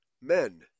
men